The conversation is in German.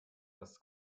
das